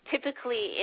typically